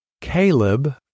Caleb